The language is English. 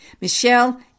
Michelle